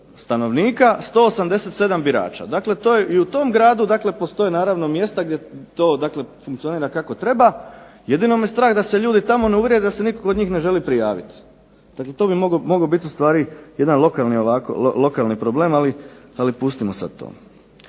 stanovnika, 187 birača. Dakle i u tom gradu dakle postoje naravno mjesta gdje to dakle funkcionira kako treba, jedino me strah da se ljudi tamo ne uvrijede da se nitko od njih ne želi prijaviti. Dakle to bi mogao biti ustvari jedan lokalni problem, ali pustimo sad to.